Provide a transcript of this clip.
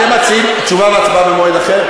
אתם מציעים תשובה והצבעה במועד אחר?